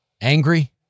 angry